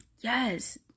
yes